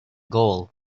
goal